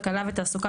כלכלה ותעסוקה,